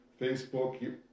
Facebook